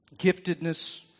Giftedness